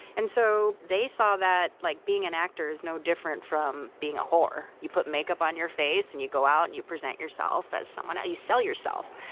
and so they saw like being an actor as no different from being a whore you put makeup on your face, and you go out and you present yourself as someone you sell yourself.